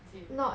as in